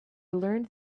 learned